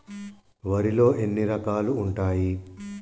వరిలో ఎన్ని రకాలు ఉంటాయి?